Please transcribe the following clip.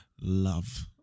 love